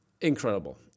incredible